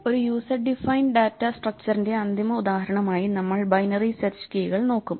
ഒരു user defined data സ്ട്രക്ച്ചറിന്റെ അന്തിമ ഉദാഹരണമായി നമ്മൾ ബൈനറി സെർച്ച് കീകൾ നോക്കും